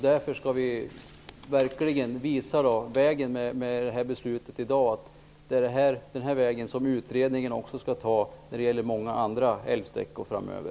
Därför skall vi verkligen visa vägen med beslutet i dag, att det är den här vägen som utredningen skall ta när det gäller många andra älvsträckor framöver.